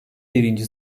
birinci